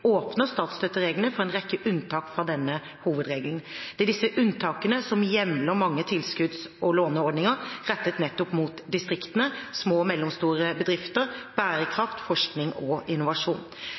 åpner statsstøttereglene for en rekke unntak fra denne hovedregelen. Det er disse unntakene som hjemler mange tilskudds- og låneordninger rettet nettopp mot distriktene, små og mellomstore bedrifter,